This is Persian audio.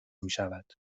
میشود